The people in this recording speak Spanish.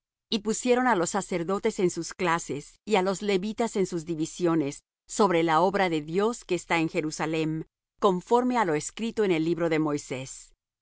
y pusieron á los sacerdotes en sus clases y á los levitas en sus divisiones sobre la obra de dios que está en jerusalem conforme á lo escrito en el libro de moisés